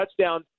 touchdown